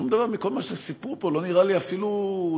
שום דבר מכל מה שסיפרו פה לא נראה לי אפילו דומה